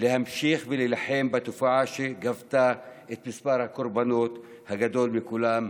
להמשיך להילחם בתופעה שגבתה את מספר הקורבנות הגדול מכולן,